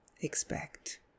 expect